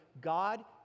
God